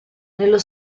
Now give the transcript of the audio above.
nello